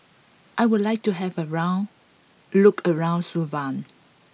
I would like to have a look around Suva